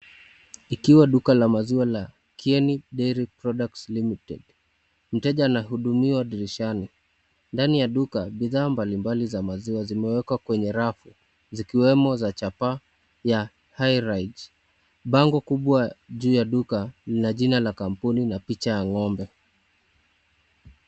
Ikiwa duka la maziwa la KIENI DAIRY PRUDUCTS LIMITED.Mteja anahudumiwa dirishani, ndani ya duka bidhaa mbalimbali za maziwa zimewekwa kwenye rafu zikiwemo za Japan ya highridge, bango kubwa juu ya duka na jina la kambuni na picha ya ng'ombe.